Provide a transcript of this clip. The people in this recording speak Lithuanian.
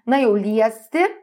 na jau liesti